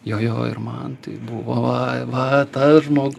jo jo ir man tai buvo va va tas žmogu